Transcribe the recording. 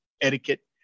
etiquette